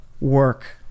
work